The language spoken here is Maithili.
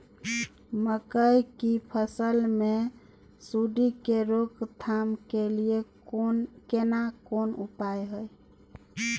मकई की फसल मे सुंडी के रोक थाम के लिये केना कोन उपाय हय?